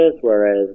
whereas